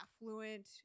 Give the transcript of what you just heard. affluent